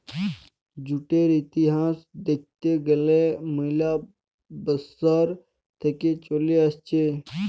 জুটের ইতিহাস দ্যাখতে গ্যালে ম্যালা বসর থেক্যে চলে আসছে